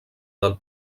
del